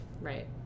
Right